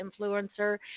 influencer